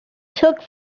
took